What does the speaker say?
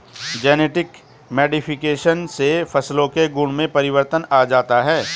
genetic modification से फसलों के गुणों में परिवर्तन आ जाता है